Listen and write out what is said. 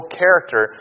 character